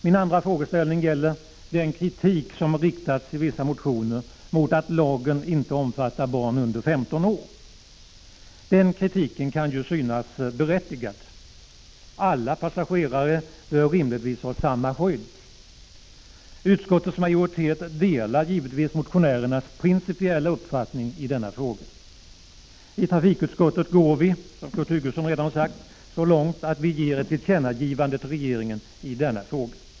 Min andra frågeställning gäller den kritik som i vissa motioner har riktats mot att lagen inte omfattar barn under 15 år. Den kritiken kan synas berättigad. Alla passagerare bör rimligtvis ha samma skydd. Utskottets majoritet delar givetvis motionärernas principiella uppfattning i denna fråga. I trafikutskottet går vi, som Kurt Hugosson redan har sagt, så långt att vi ger ett tillkännagivande till regeringen.